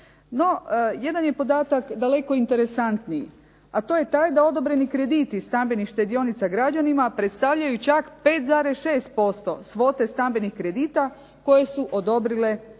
jedan je podatak daleko interesantniji, a to je taj da odobreni krediti stambenih štedionica građanima predstavljaju čak 5,6% svote stambenih kredita koje su odobrile poslovne